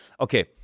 Okay